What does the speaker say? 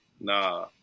nah